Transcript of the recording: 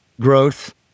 growth